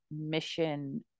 mission